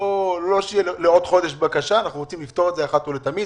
אנחנו רוצים לפתור את זה אחת ולתמיד.